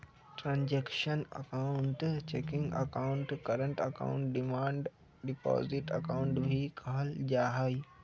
transactional account checking account, current account, demand deposit account भी कहल जाहई